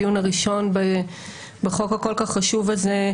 הדיון הראשון בחוק הכול כך חשוב הזה,